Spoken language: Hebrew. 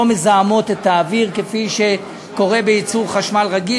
ולא מזהמות את האוויר כפי שקורה בייצור חשמל רגיל,